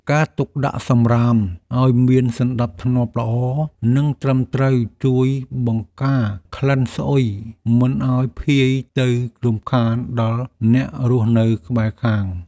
ការទុកដាក់សំរាមឱ្យមានសណ្តាប់ធ្នាប់ល្អនិងត្រឹមត្រូវជួយបង្ការក្លិនស្អុយមិនឱ្យភាយទៅរំខានដល់អ្នករស់នៅក្បែរខាង។